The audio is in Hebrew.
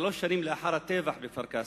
שלוש שנים לאחר הטבח בכפר-קאסם,